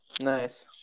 Nice